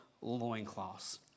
loincloths